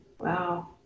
wow